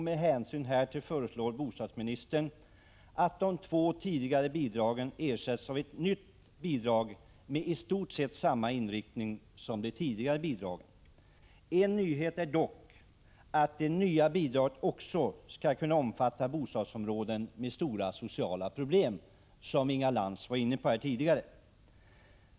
Med hänvisning härtill föreslår bostadsministern att de två bidragen ersätts av ett nytt bidrag med i stort sett samma inriktning som de tidigare bidragen. En nyhet är dock att det nya bidraget också skall kunna omfatta bostadsområden med stora sociala problem, som Inga Lantz var inne på tidigare.